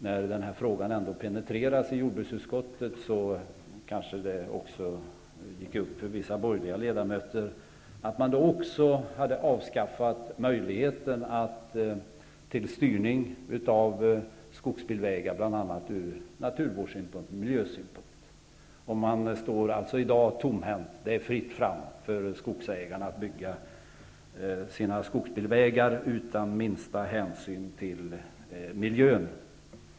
När denna fråga ändå penetrerades i jordbruksutskottet kanske det också gick upp för vissa borgerliga ledamöter att man därmed avskaffat möjligheten till styrning av byggandet av skogsbilvägar, bl.a. ur naturvårdssynpunkt och miljösynpunkt. Man står alltså i dag tomhänt. Det är fritt fram för skogsägarna att bygga sina skogsbilvägar utan minsta hänsyn till miljön.